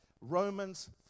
Romans